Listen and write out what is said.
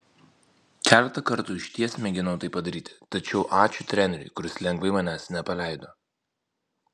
keletą kartų išties mėginau tai padaryti tačiau ačiū treneriui kuris lengvai manęs nepaleido